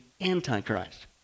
Antichrist